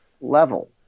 level